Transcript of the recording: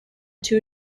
two